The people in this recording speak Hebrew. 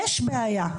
יש בעיה.